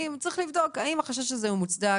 צריך לבדוק האם החשש הזה הוא מוצדק,